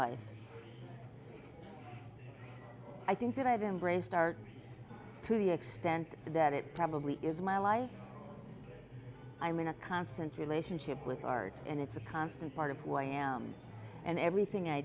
life i think that i've embraced art to the extent that it probably is my life i'm in a constant relationship with art and it's a constant part of who i am and everything i